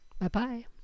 Bye-bye